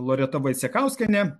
loreta vaicekauskienė